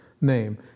name